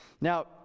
Now